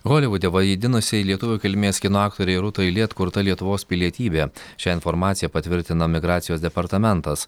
holivude vaidinusiai lietuvių kilmės kino aktorei rūtai li atkurta lietuvos pilietybė šią informaciją patvirtino migracijos departamentas